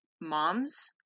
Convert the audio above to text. Moms